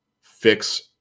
fix